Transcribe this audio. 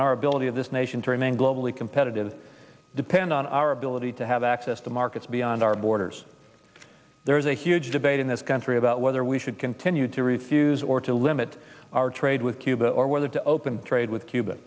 and our ability of this nation competitive depend on our ability to have access to markets beyond our borders there is a huge debate in this country about whether we should continue to refuse or to limit our trade with cuba or whether to open trade with cuba